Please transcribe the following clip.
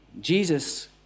Jesus